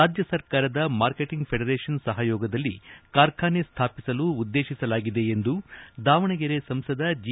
ರಾಜ್ಯ ಸರ್ಕಾರದ marketing federation ಸಹಯೋಗದಲ್ಲಿ ಕಾರ್ಖಾನೆ ಸ್ಥಾಪಿಸಲು ಉದ್ದೇಶಿಸಲಾಗಿದೆ ಎಂದು ದಾವಣಗೆರೆ ಸಂಸದ ಜಿ